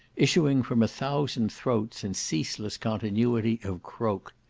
issuing from a thousand throats in ceaseless continuity of croak.